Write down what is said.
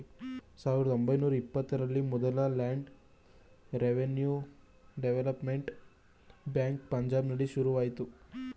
ಸಾವಿರದ ಒಂಬೈನೂರ ಇಪ್ಪತ್ತರಲ್ಲಿ ಮೊದಲ ಲ್ಯಾಂಡ್ ರೆವಿನ್ಯೂ ಡೆವಲಪ್ಮೆಂಟ್ ಬ್ಯಾಂಕ್ ಪಂಜಾಬ್ನಲ್ಲಿ ಶುರುವಾಯ್ತು